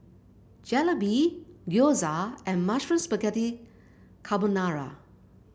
Jalebi Gyoza and Mushroom Spaghetti Carbonara